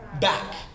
back